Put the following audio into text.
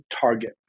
target